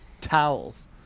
towels